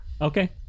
Okay